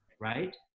right